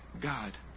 God